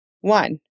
one